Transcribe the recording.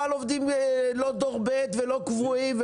לא על עובדים דור ב' ולא קבועים,